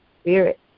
Spirit